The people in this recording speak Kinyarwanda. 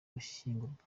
gushyingurwa